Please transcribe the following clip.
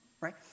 right